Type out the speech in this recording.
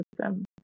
system